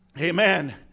amen